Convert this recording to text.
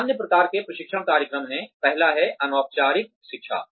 अन्य प्रकार के प्रशिक्षण कार्यक्रम हैं पहला है अनौपचारिक शिक्षा